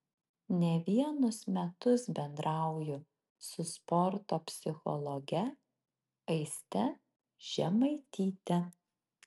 ne vienus metus bendrauju su sporto psichologe aiste žemaityte